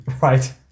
Right